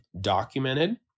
documented